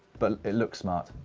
but it looks smart.